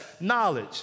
knowledge